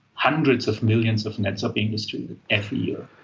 hundreds of millions of nets are being distributed every year.